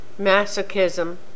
masochism